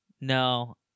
No